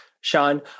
Sean